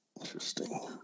Interesting